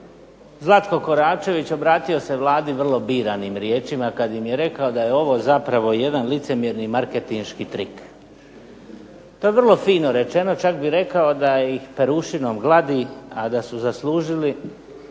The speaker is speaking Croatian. Zlatko Koračević obratio se Vladi vrlo biranim riječima kad im je rekao da je ovo zapravo jedan licemjerni marketinški trik. To je vrlo fino rečeno. Čak bih rekao da ih perušinom gladi, a da su zaslužili